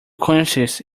conscience